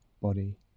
body